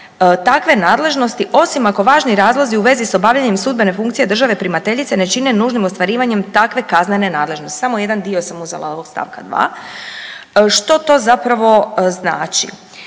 takve nadležnosti, osim ako važni razlozi u vezi s obavljanjem sudbene funkcije države primateljice ne čine nužnim ostvarivanjem takve kaznene nadležnosti. Samo jedan dio sam uzela ovog stavka 2. Što to zapravo znači?